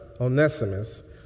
Onesimus